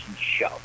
show